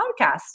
podcast